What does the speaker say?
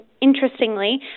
interestingly